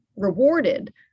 rewarded